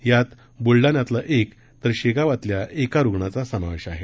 यात ब्लडाण्यातील एक तर शेगावातील एका रुग्णाचा समावेश आहे